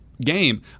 game